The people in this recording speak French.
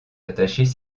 attachés